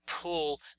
pull